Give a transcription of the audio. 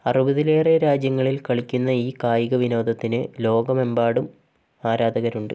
അറുപതിലേറെ രാജ്യങ്ങളിൽ കളിക്കുന്ന ഈ കായികവിനോദത്തിന് ലോകമെമ്പാടും ആരാധകരുണ്ട്